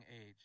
age